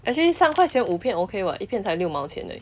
actually 三块钱五片 okay [what] 一片才六毛钱而已